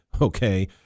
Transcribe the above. Okay